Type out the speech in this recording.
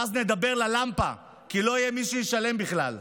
ואז נדבר ללמפה, כי לא יהיה מי שישלם בכלל.